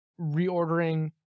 reordering